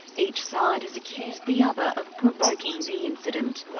each side has accused the other of provoking the incident,